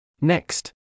Next